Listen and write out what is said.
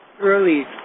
early